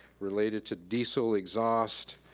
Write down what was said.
related to diesel, exhaust,